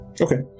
Okay